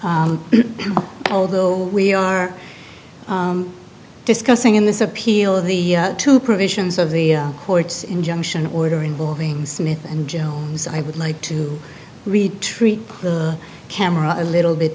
b although we are discussing in this appeal of the two provisions of the court's injunction order involving smith and jones i would like to read treat the camera a little bit